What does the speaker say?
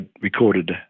recorded